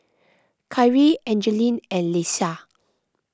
Kyrie Angeline and Leisha